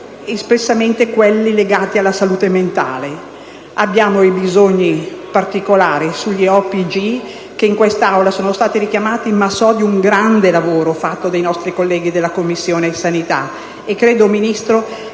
particolare quelli legati alla salute mentale. Abbiamo bisogni particolari per quanto riguarda gli OPG, che in quest'Aula sono stati richiamati, e so di un grande lavoro fatto dai nostri colleghi della Commissione di